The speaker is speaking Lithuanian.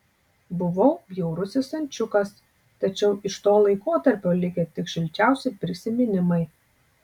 buvau bjaurusis ančiukas tačiau iš to laikotarpio likę tik šilčiausi prisiminimai